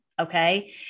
Okay